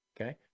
okay